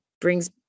brings